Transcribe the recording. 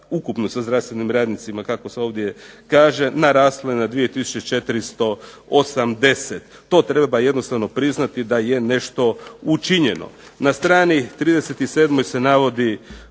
ukupno sa zdravstvenim radnicima kako se ovdje kaže narasle na 2 tisuće 480. To treba jednostavno priznati da je nešto učinjeno. Na strani 37 se navodi